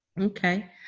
Okay